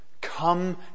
Come